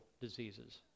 diseases